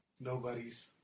Nobody's